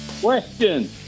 question